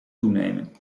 toenemen